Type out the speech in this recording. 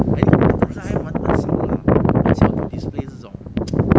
I think 刚才玩玩小 lah 关小的 displays 这种